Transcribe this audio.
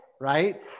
Right